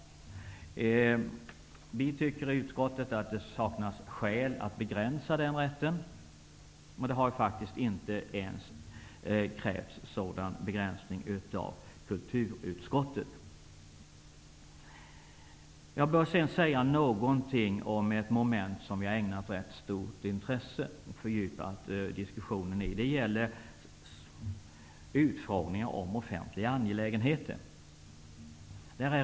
Vi i utskottet tycker att det saknas skäl att begränsa denna rätt. Sådan begränsning har faktiskt inte heller krävts av kulturutskottet. Jag bör sedan säga något om ett moment som vi har ägnat rätt stort intresse och där vi haft en fördjupad diskussion. Det gäller utfrågningar om offentliga angelägenheter.